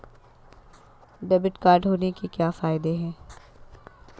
Debit card होने के क्या फायदे हैं?